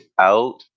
out